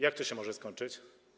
Jak to się może skończyć?